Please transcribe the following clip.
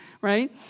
right